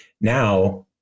now